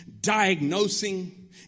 diagnosing